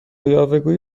یاوهگویی